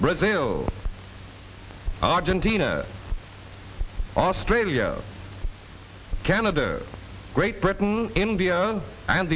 brazil argentina australia canada great britain india and the